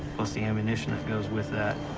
plus the ammunition that goes with that,